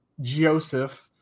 Joseph